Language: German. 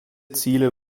ziele